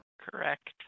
Correct